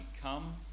come